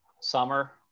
summer